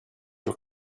your